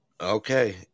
Okay